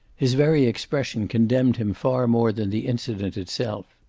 his very expression condemned him far more than the incident itself.